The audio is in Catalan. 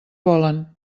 volen